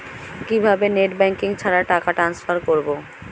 কিভাবে net banking ছাড়া টাকা টান্সফার করব?